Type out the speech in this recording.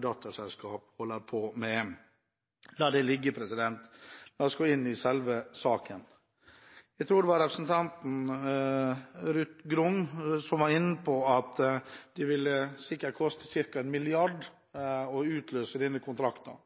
datterselskap holder på med. Men la det ligge, la oss gå inn i selve saken. Jeg tror det var representanten Ruth Grung som var inne på at det ville sikkert koste ca. 1 mrd. kr å utløse denne kontrakten.